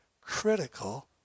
critical